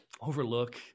Overlook